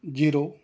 zero